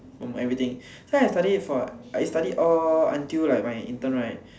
from everything so I studied for I studied all until my intern right